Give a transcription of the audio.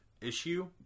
Issue